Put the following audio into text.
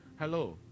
Hello